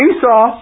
Esau